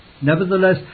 Nevertheless